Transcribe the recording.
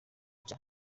nshya